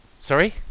Sorry